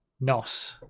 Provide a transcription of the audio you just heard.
Nos